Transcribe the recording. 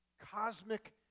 cosmic